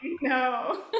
no